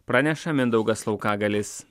praneša mindaugas laukagaliais